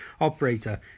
Operator